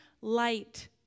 light